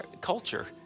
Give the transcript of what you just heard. culture